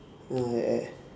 ya and